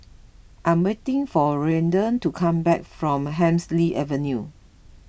I am waiting for Ryder to come back from Hemsley Avenue